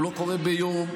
הוא לא קורה ביום.